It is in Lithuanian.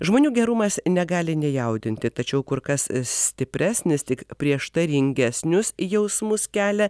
žmonių gerumas negali nejaudinti tačiau kur kas stipresnis tik prieštaringesnius jausmus kelia